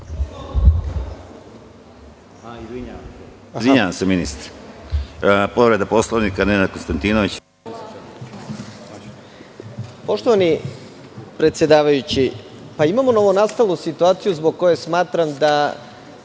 Poštovani predsedavajući, imamo novonastalu situaciju zbog koje smatram da